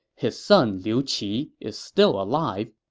his son liu qi is still alive.